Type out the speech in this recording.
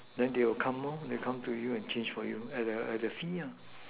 then they will come lor they will come to you and change for you at a at a fee lah